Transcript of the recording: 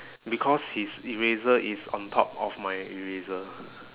because his eraser is on top of my eraser